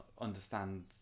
understand